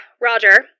Roger